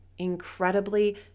incredibly